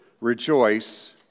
rejoice